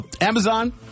Amazon